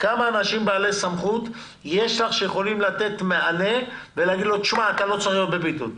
יש לך שיכולים לתת מענה ולהגיד לו: אתה לא צריך להיות בבידוד?